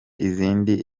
izindi